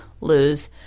lose